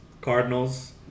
Cardinals